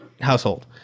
household